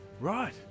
Right